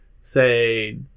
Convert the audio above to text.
say